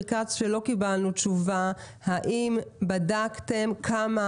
כץ שלא קיבלנו תשובה האם בדקתם בכמה